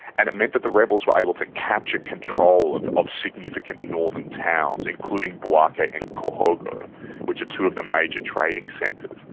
and it meant that the rebels were able to capture control of of significant northern towns, including bouake and korhogo which are two of the major trading centres,